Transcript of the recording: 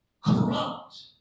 corrupt